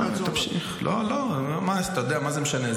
מה זה משנה?